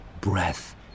breath